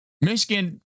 Michigan